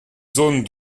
zones